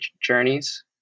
journeys